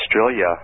Australia